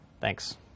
Thanks